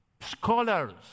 scholars